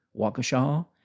Waukesha